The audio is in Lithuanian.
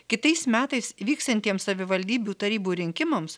kitais metais vyksiantiems savivaldybių tarybų rinkimams